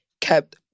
kept